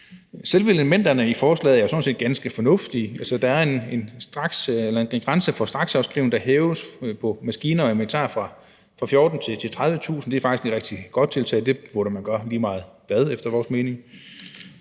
Selve elementerne i forslaget er jo sådan set ganske fornuftige. Der er en grænse for straksafskrivning på maskiner og inventar, der hæves fra 14.100 til 30.000 kr. Det er faktisk et rigtig godt tiltag. Det burde man gøre lige meget hvad efter vores mening.